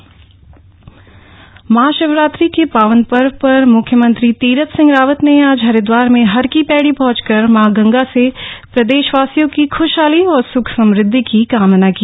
CM Haridwar Mahashivratri के पावन पर्व पर म्ख्यमंत्री तीरथ सिंह रावत ने आज हरिद्वार में हर की पैड़ी पहंचकर मां गंगा से प्रदेशवासियों की खुशहाली और सुख समदधि की कामना की